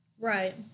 Right